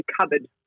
cupboard